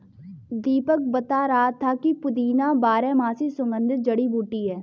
दीपक बता रहा था कि पुदीना बारहमासी सुगंधित जड़ी बूटी है